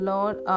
Lord